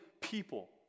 people